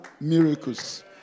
miracles